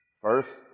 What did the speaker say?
first